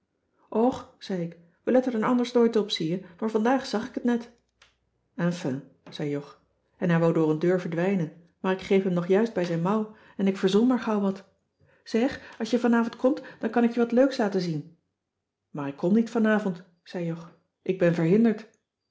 och zei ik we letten er anders nooit op zie je maar vandaag zag ik het net enfin zei jog en hij wou door een deur verdwijnen maar ik greep hem nog juist bij zijn mouw en ik verzon maar gauw wat zeg als je vanavond komt dan kan ik je wat leuks laten zien maar ik kom niet vanavond zei jog ik ben verhinderd